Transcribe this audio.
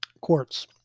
Quartz